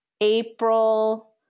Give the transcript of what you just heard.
April